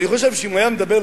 ואני חושב שאם הוא היה מדבר,